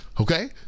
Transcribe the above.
okay